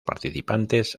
participantes